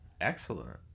Excellent